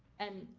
and,